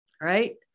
right